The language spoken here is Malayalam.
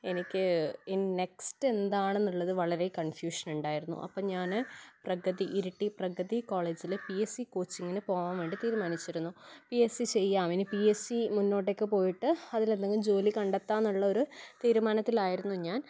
എനിക്ക് നെക്സ്റ്റ് എന്താണെന്നുള്ളത് വളരെ കൺഫ്യൂഷൻ ഉണ്ടായിരുന്നു അപ്പം ഞാന് പ്രഗതി ഇരട്ടി പ്രഗതി കോളേജില് പി എസ് സി കോച്ചിങ്ങിന് പോകാൻ വേണ്ടി തീരുമാനിച്ചിരുന്നു പി എസ് സി ചെയ്യാം ഇനി പി എസ് സി മുന്നോട്ടേക്ക് പോയിട്ട് അതിലെന്തെങ്കിലും ജോലി കണ്ടെത്താന്നുള്ള ഒര് തീരുമാനത്തിലായിരുന്നു ഞാൻ